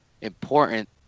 important